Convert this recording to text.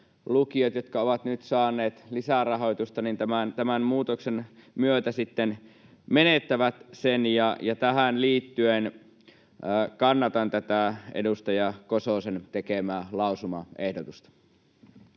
jotka ovat nyt saaneet lisärahoitusta, tämän muutoksen myötä sitten menettävät sen. Tähän liittyen kannatan tätä edustaja Kososen tekemää lausumaehdotusta.